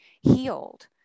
healed